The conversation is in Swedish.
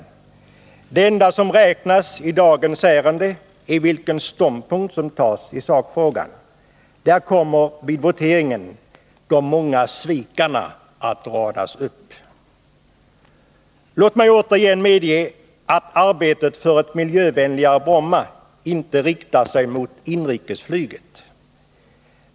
Det enda som räknas i dagens ärende är vilken ståndpunkt som tas i sakfrågan. Där kommer vid voteringen de många svikarna att radas upp. Låt mig återigen medge att arbetet för ett miljövänligare Bromma inte riktar sig mot inrikesflyget.